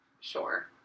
sure